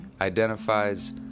identifies